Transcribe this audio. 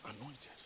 anointed